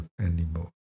anymore